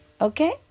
okay